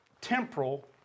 temporal